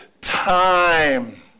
time